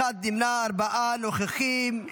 אחד נמנע, ארבעה נוכחים.